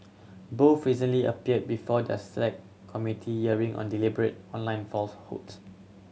both recently appeared before the Select Committee on deliberate online falsehoods